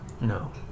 No